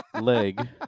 leg